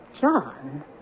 John